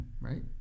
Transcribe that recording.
Right